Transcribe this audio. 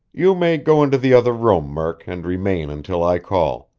you may go into the other room, murk, and remain until i call.